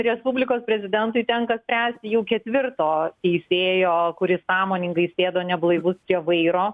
respublikos prezidentui tenka spręsti jau ketvirto teisėjo kuris sąmoningai sėdo neblaivus prie vairo